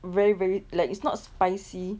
very very like it's not spicy